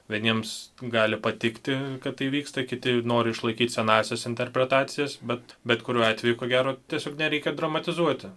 vieniems gali patikti kad tai vyksta kiti nori išlaikyt senąsias interpretacijas bet bet kuriuo atveju ko gero tiesiog nereikia dramatizuoti